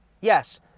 Yes